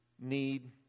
need